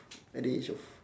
at the age of